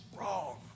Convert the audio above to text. wrong